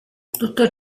tutto